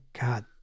God